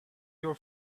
your